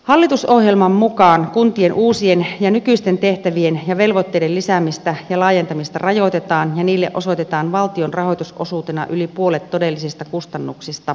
hallitusohjelman mukaan kuntien uusien ja nykyisten tehtävien ja velvoitteiden lisäämistä ja laajentamista rajoitetaan ja niille osoitetaan valtion rahoitusosuutena yli puolet todellisista kustannuksista